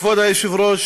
כבוד היושב-ראש,